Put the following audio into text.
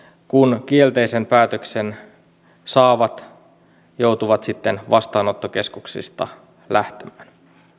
kun kielteisen päätöksen saavat joutuvat sitten vastaanottokeskuksista lähtemään